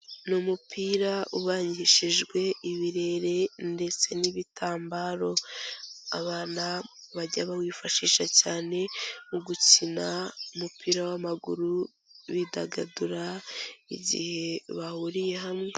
Ni umupira ubangishijwe ibirere ndetse n'ibitambaro, abana bajya bawifashisha cyane, mu gukina umupira w'amaguru bidagadura, igihe bahuriye hamwe.